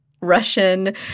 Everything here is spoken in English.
Russian